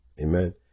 Amen